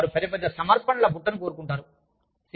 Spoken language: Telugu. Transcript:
కాబట్టి వారు పెద్ద సమర్పణల బుట్టను కోరుకుంటారు